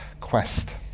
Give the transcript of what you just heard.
quest